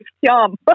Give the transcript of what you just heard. Yum